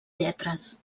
lletres